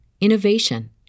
innovation